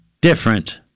different